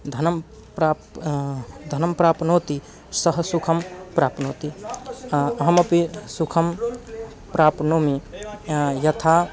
धनं प्राप् धनं प्राप्नोति सः सुखं प्राप्नोति अहमपि सुखं प्राप्नोमि यथा